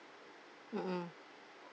mm mm